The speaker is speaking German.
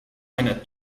einer